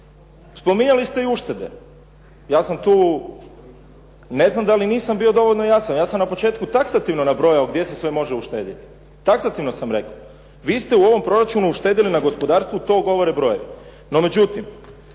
Spominjali ste i uštede. Ja sam tu, ne znam da li nisam bio dovoljno jasan. Ja sam na početku taksativno nabrojao gdje se sve može uštedjeti, taksativno sam rekao. Vi ste u ovom proračunu uštedjeli na gospodarstvu, to govore brojevi.